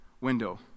window